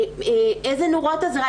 איזה נורות אזהרה?